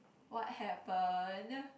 what happen